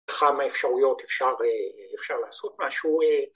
‫כמה אפשרויות אפשר לעשות, ‫משהו...